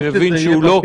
אני מבין שהוא לא ממונה.